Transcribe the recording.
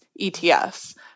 ETFs